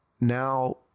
now